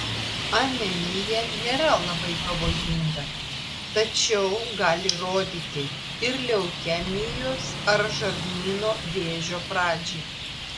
anemija nėra labai pavojinga tačiau gali rodyti ir leukemijos ar žarnyno vėžio pradžią